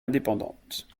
indépendante